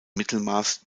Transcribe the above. mittelmaß